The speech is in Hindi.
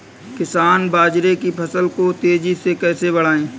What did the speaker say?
किसान बाजरे की फसल को तेजी से कैसे बढ़ाएँ?